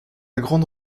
grande